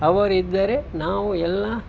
ಅವರಿದ್ದರೆ ನಾವು ಎಲ್ಲ